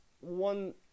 one